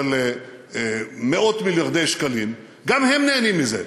של מאות-מיליארדי שקלים, גם הם נהנים מזה.